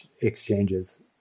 exchanges